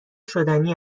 شدنی